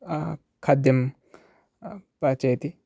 खाद्यं पाचयति